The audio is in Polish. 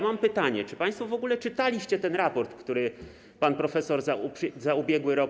Mam pytanie: Czy państwo w ogóle czytaliście ten raport, który pan profesor przygotował za ubiegły rok?